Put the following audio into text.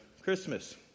Christmas